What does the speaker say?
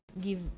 give